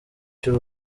cy’u